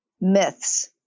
myths